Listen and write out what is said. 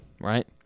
right